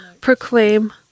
proclaim